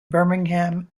birmingham